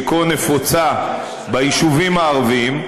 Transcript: שכה נפוצה ביישובים הערביים,